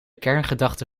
kerngedachte